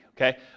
okay